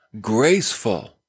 graceful